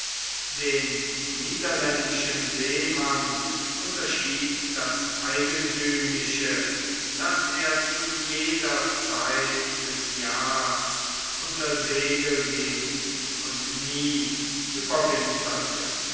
den niederländischen seemann unterschied das eigentümliche daß er zu jeder zeit des jahrs unter segel ging und nie überwinterte